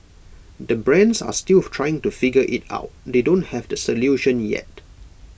the brands are still trying to figure IT out they don't have the solution yet